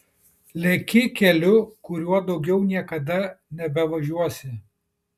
leki keliu kuriuo daugiau niekada nebevažiuosi